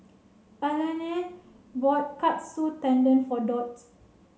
Olene bought Katsu Tendon for Dot